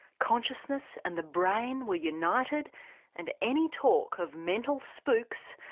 consciousness and the brain were united and any talk of mental spooks,